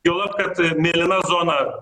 juolab kad mėlyna zona